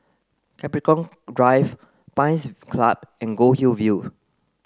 Capricorn Drive Pines Club and Goldhill View